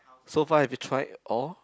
so far have you tried all